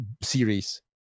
series